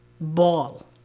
ball